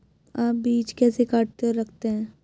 आप बीज कैसे काटते और रखते हैं?